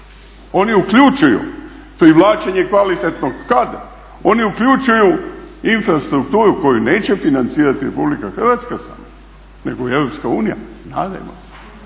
oni uključuju privlačenje kvalitetnog kadra, oni uključuju infrastrukturu koju neće financirati RH nego EU nadajmo se.